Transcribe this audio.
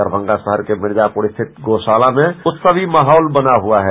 दरमंगा शहर के मिर्जापुर में स्थित गोशाला में उत्सवी माहौल बना हुआ है